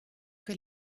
que